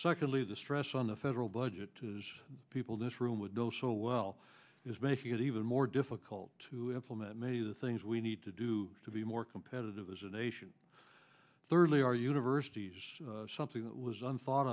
secondly the stress on the federal budget to people this room would go so well is making it even more difficult to implement maybe the things we need to do to be more competitive as a nation thirdly our universities something that was an thought